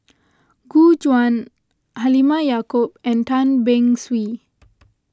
Gu Juan Halimah Yacob and Tan Beng Swee